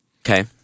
Okay